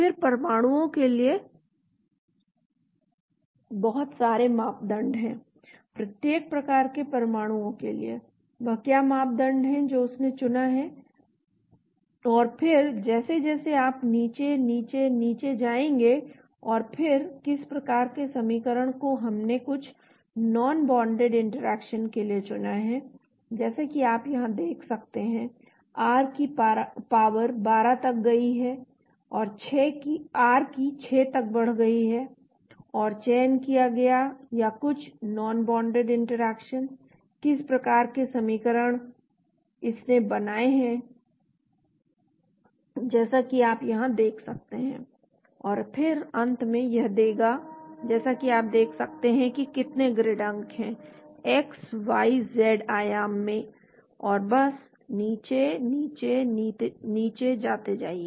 फिर परमाणु के लिए बहुत सारे मापदण्ड हैं - प्रत्येक प्रकार के परमाणु के लिए वह क्या मापदण्ड है जो उसने चुना है और फिर जैसे जैसे आप नीचे नीचे नीचे जाएंगे और फिर किस प्रकार के समीकरण को हमने कुछ नॉनबोंडेड इंटरेक्शन के लिए चुना है जैसा कि आप यहाँ देख सकते हैं r की पावर 12 तक गई है और r की 6 तक बढ़ गई है और चयन किया गया या कुछ नॉनबोंडेड इंटरेक्शन किस प्रकार के समीकरण इसने बनाए हैं जैसा कि आप यहाँ देख सकते हैं और फिर अंत में यह देगा जैसा कि आप देख सकते हैं कि कितने ग्रिड अंक है x y z आयाम में और बस नीचे नीचे नीचे जाते जाइए